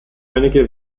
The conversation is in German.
einige